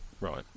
Right